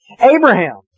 Abraham